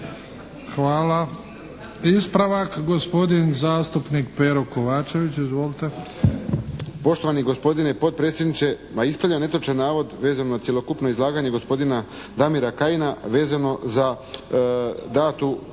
Hvala. Ispravak, gospodin zastupnik Pero Kovačević. Izvolite.